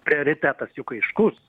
prioritetas juk aiškus